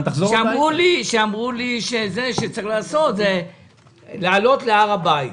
שאמרו לי שצריך לעשות, זה לעלות להר הבית.